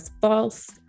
false